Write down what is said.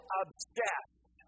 obsessed